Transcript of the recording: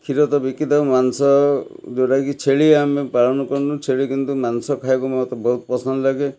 କ୍ଷୀର ତ ବିକିଥାଉ ମାଂସ ଯେଉଁଟାକି ଛେଳି ଆମେ ପାଳନ କରିନୁ ଛେଳି କିନ୍ତୁ ମାଂସ ଖାଇବାକୁ ମୋତେ ବହୁତ ପସନ୍ଦ ଲାଗେ